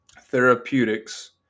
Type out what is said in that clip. therapeutics